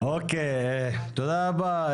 תודה רבה,